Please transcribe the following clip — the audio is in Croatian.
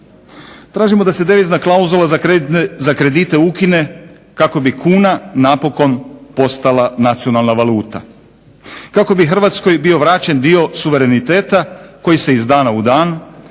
Tražimo da se devizna klauzula za kredite ukine kako bi kuna napokon postala nacionalna valuta, kako bi Hrvatskoj bio vraćen dio suvereniteta koji se iz dana u dan